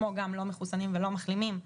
כמו גם לא מחוסנים ולא מחלימים,